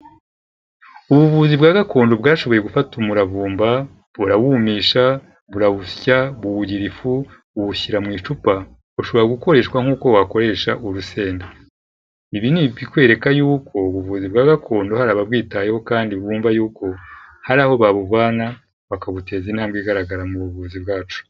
Ubuvuzi bwa gakondo bwashoboye gufata umuravumba burawumisha, burawusya, buwugira ifu, buwushyira mu icupa, ubu ushobora gukoreshwa nk'uko wakoresha urusenda. Ibi ni ibikwereka yuko ubuvuzi bwa gakondo hari ababwitayeho kandi bumva yuko, hari aho babuvana bakabuteza intambwe igaragara mu buvuzi bwacu.